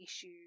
issue